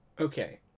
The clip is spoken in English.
Okay